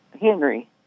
Henry